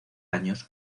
años